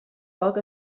foc